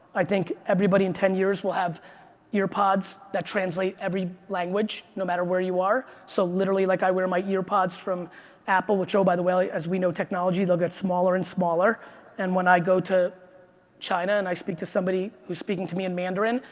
i think everybody in ten years will have ear pods that translate every language no matter where you are. so literally, like i wear my ear pods from apple, which, oh by the way, as we know technology, they'll get smaller and smaller and when i go to china and i speak to somebody who's speaking to me in mandarin,